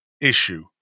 issue